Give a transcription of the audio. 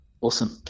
awesome